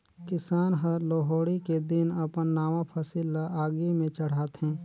किसान हर लोहड़ी के दिन अपन नावा फसिल ल आगि में चढ़ाथें